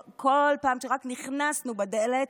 בכל פעם שרק נכנסנו בדלת,